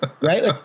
right